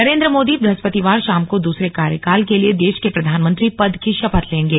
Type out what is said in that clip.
नरेन्द्र मोदी बृहस्पतिवार शाम को दूसरे कार्यकाल के लिए देश के प्रधानमंत्री पद की शपथ लेंगे